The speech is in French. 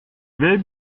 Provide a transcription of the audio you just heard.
vais